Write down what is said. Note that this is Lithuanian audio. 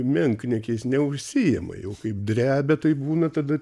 menkniekiais neužsiima jau kaip drebia tai būna tada